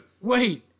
Wait